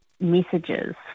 messages